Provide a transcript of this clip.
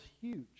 huge